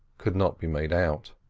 could not be made out.